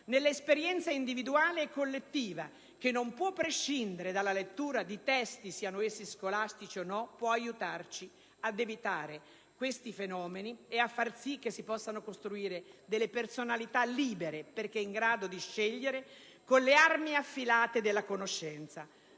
nell'esperienza individuale e collettiva, né dalla lettura di testi, siano essi scolastici o no, può aiutarci ad evitare questi fenomeni e a far sì che si possano costruire personalità libere, perché in grado di scegliere con le armi affilate della conoscenza.